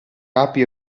api